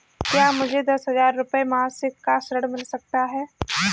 क्या मुझे दस हजार रुपये मासिक का ऋण मिल सकता है?